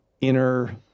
inner